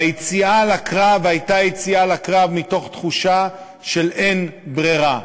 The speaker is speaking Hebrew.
והיציאה לקרב הייתה יציאה לקרב מתוך תחושה של אין ברירה,